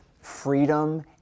freedom